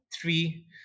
three